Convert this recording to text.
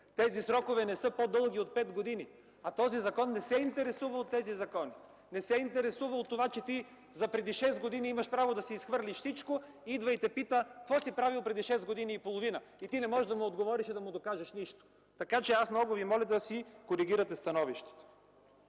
Тези срокове не са по-дълги от пет години. А този закон не се интересува от тези срокове! Не се интересува от това, че ти отпреди шест години имаш право да си изхвърлиш всичко! Идва и те пита: какво си правил преди шест години и половина? И ти не можеш да му отговориш и да му докажеш нищо! Така че много Ви моля да си коригирате становището.